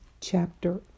chapter